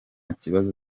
kibazo